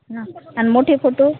हा अन् मोठे फोटो